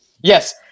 yes